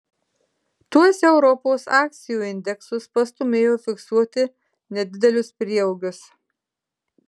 tuos europos akcijų indeksus pastūmėjo fiksuoti nedidelius prieaugius